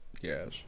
yes